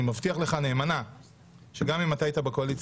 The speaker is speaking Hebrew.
אני מבטיח לך נאמנה שגם אם אתה היית בקואליציה,